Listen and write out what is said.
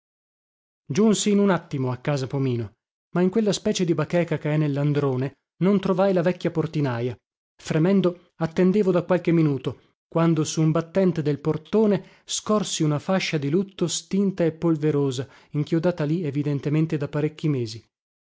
giunsi in un attimo a casa pomino ma in quella specie di bacheca che è nellandrone non trovai la vecchia portinaja fremendo attendevo da qualche minuto quando su un battente del portone scorsi una fascia di lutto stinta e polverosa inchiodata lì evidentemente da parecchi mesi